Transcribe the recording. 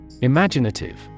Imaginative